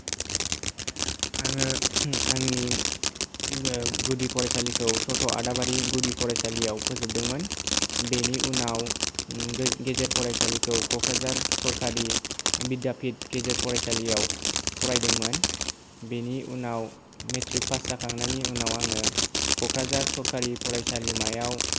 आङो आंनि गुदि फरायसालिखौ चत' आदाबारि गुदि फरायसालियाव फोजोबदोंमोन बेनि उनाव गेजेर फरायसालिखौ क'क्राझार सरखारि बिद्यापिठ गेजेर फरायसालियाव फरायदोंमोन बिनि उनाव मेट्रिक पास जाखांनायनि उनाव आङो क'क्राझार सरकारि फरायसालिमायाव